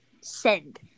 send